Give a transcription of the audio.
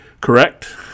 Correct